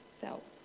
felt